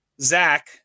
Zach